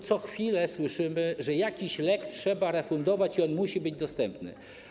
Co chwila słyszymy, że jakiś lek trzeba refundować i on musi być dostępny.